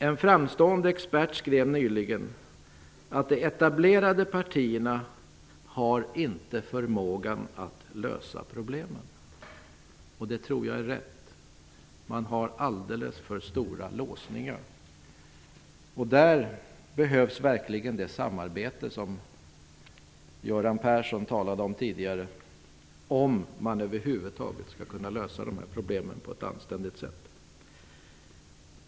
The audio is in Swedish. En framstående expert skrev nyligen att de etablerade partierna inte har förmågan att lösa problemen, och jag tror att det är riktigt. De har alldeles för stora låsningar. Därför behövs verkligen det samarbete som Göran Persson talade om tidigare, om man över huvud taget skall kunna lösa de problemen på ett anständigt sätt.